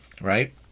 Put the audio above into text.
right